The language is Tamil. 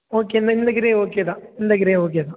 ஓகே இந்த இந்த க்ரே ஓகே தான் இந்த க்ரே ஓகே தான்